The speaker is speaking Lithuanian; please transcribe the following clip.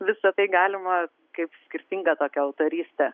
visa tai galima kaip skirtingą tokią autorystę